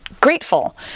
grateful